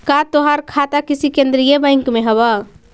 का तोहार खाता किसी केन्द्रीय बैंक में हव